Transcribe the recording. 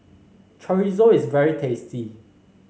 Chorizo is very tasty